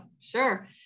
sure